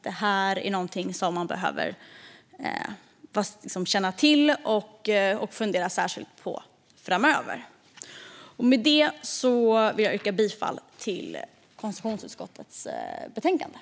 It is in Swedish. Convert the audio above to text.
Det här är något som man behöver känna till och fundera särskilt på framöver. Med det vill jag yrka bifall till konstitutionsutskottets förslag i betänkandet.